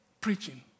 preaching